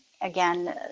Again